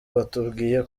batubwiye